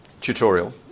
tutorial